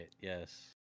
Yes